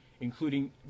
including